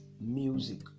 music